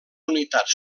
unitats